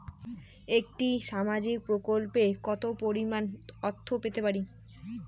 একটি সামাজিক প্রকল্পে কতো পরিমাণ অর্থ পেতে পারি?